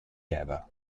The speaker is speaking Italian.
eva